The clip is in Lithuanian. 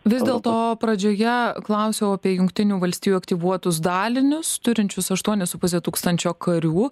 vis dėlto pradžioje klausiau apie jungtinių valstijų aktyvuotus dalinius turinčius aštuonis su puse tūkstančio karių